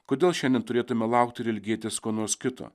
kodėl šiandien turėtume laukti ir ilgėtis ko nors kito